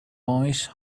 voice